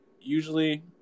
usually